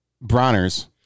Bronner's